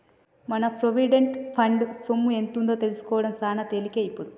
మన provident fund సొమ్ము ఎంతుందో సూసుకోడం సాన తేలికే ఇప్పుడు